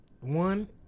one